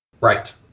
right